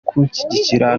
kunshyigikira